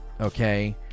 okay